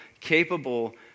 capable